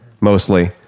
mostly